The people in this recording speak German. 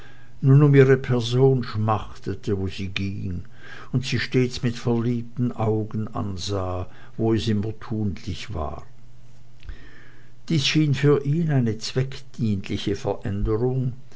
nun um ihre person schmachtete wo sie ging und sie stets mit verliebten augen ansah wo es immer tunlich war dies schien für ihn eine zweckdienliche veränderung